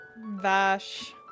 Vash